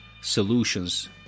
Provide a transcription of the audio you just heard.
solutions